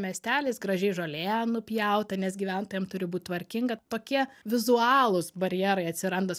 miestelis gražiai žolė nupjauta nes gyventojam turi būt tvarkinga tokie vizualūs barjerai atsiranda